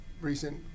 recent